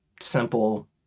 simple